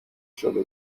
شده